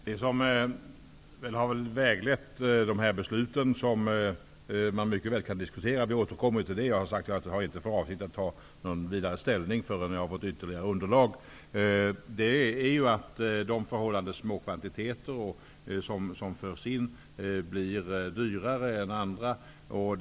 Herr talman! Det som har varit vägledande vid dessa beslut -- vilka man mycket väl kan diskutera, jag återkommer till detta, och jag inte har för avsikt att ta ställning förrän vi har fått ytterligare underlag -- är att de förhållandevis små kvantiteter kött som förs in blir dyrare än annat kött.